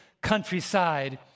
countryside